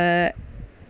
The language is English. uh